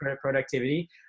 productivity